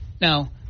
Now